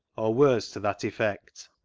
or words to that effect.